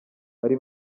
bari